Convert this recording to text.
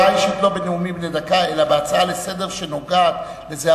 הודעה אישית לא בנאומים בני דקה אלא בהצעה לסדר-היום שנוגעת לזה.